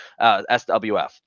SWF